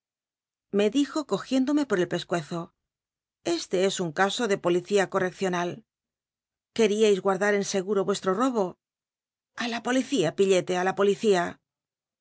me dijo cogiéndome po el pescuezo este es un caso de policía correccional qucjiais guardal en seguro ruestro robo a la policía pillete á la policía